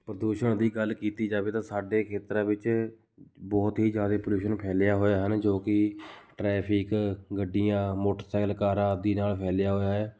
ਪ੍ਰਦੂਸ਼ਣ ਦੀ ਗੱਲ ਕੀਤੀ ਜਾਵੇ ਤਾਂ ਸਾਡੇ ਖੇਤਰਾਂ ਵਿੱਚ ਬਹੁਤ ਹੀ ਜ਼ਿਆਦੇ ਪੋਲਿਊਸ਼ਨ ਫੈਲਿਆ ਹੋਇਆ ਹਨ ਜੋ ਕਿ ਟ੍ਰੈਫਿਕ ਗੱਡੀਆਂ ਮੋਟਰਸਾਈਕਲ ਕਾਰਾਂ ਆਦਿ ਨਾਲ਼ ਫੈਲਿਆ ਹੋਇਆ ਹੈ